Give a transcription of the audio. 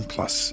Plus